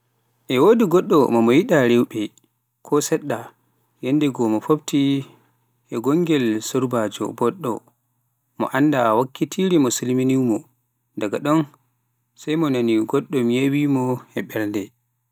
e wodi ngoɗɗe mo mo yiɗa rewɓe ko seɗɗa, yanndegoo, mo fofti e gongel surbaajo boɗɗo, mo annda wakkatire silminanimo, daga ɗon sai nanni goɗɗun yewi mo e ɓernde.